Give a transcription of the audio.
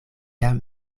jam